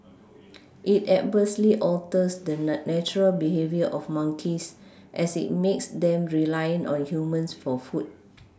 it adversely alters the natural behaviour of monkeys as it makes them reliant on humans for food